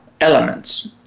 elements